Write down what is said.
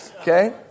Okay